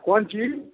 कोन चीज